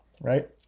right